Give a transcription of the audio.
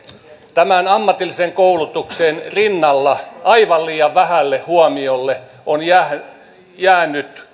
tämän ammatillisen koulutuksen rinnalla aivan liian vähälle huomiolle on jäänyt